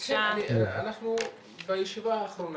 אנחנו בישיבה האחרונה,